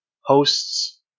hosts